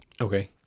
Okay